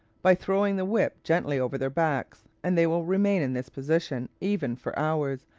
by throwing the whip gently over their backs, and they will remain in this position even for hours,